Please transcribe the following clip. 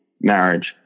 marriage